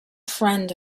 friend